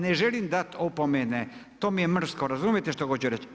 Ne želim dati opomene, to mi je mrsko, razumijete što hoću reći.